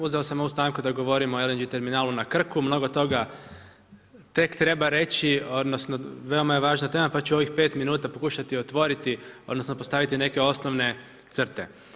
Uzeo sam ovu stanku da govorim o LNG terminalu na Krku, mnogo toga tek treba reći, odnosno, veoma je važna tema, pa ću ovih 5 minuta pokušati otvoriti odnosno, postaviti neke osnovne crte.